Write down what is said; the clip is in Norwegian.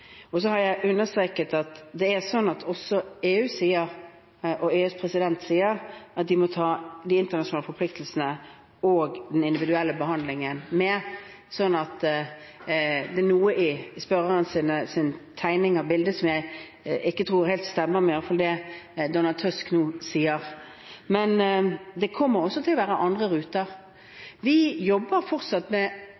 så har jeg understreket at det er sånn at også EU og EUs president sier at de må ta de internasjonale forpliktelsene og den individuelle behandlingen med. Så det er noe i spørrerens tegning av bildet som jeg ikke tror helt stemmer med det i alle fall Donald Tusk nå sier. Det kommer også til å være andre ruter.